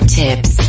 tips